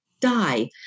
die